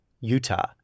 Utah